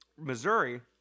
Missouri